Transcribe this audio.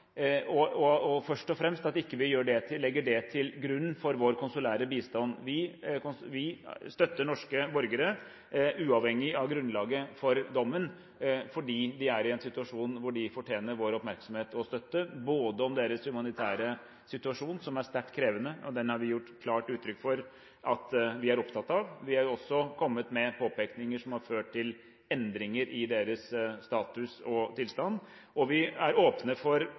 og først og fremst at vi ikke legger det til grunn for vår konsulære bistand. Vi støtter norske borgere uavhengig av grunnlaget for dommen, fordi de er i en situasjon hvor de fortjener vår oppmerksomhet og støtte. Den humanitære situasjonen er her sterkt krevende, og det har vi gitt klart uttrykk for at vi er opptatt av. Vi har også kommet med påpekninger som har ført til endringer i deres status og tilstand. Vi er åpne for